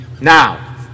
Now